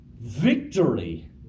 victory